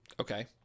Okay